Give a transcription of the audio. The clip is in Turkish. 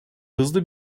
hızlı